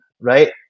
right